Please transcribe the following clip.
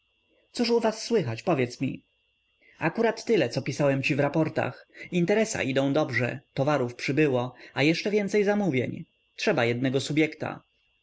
cóż u was słychać powiedz mi akurat tyle co pisałem ci w raportach interesa dobrze idą towarów przybyło a jeszcze więcej zamówień trzeba jednego